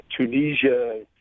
Tunisia